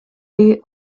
day